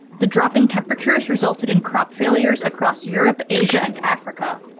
the dropping temperatures resulted in crop failures across europe, asia, and africa.